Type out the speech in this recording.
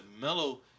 mellow